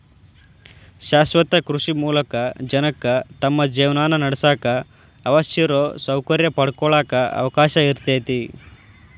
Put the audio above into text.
ಶಾಶ್ವತ ಕೃಷಿ ಮೂಲಕ ಜನಕ್ಕ ತಮ್ಮ ಜೇವನಾನಡ್ಸಾಕ ಅವಶ್ಯಿರೋ ಸೌಕರ್ಯ ಪಡ್ಕೊಳಾಕ ಅವಕಾಶ ಇರ್ತೇತಿ